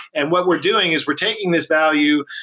and what we're doing is we're taking this value.